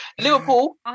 Liverpool